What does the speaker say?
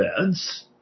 beds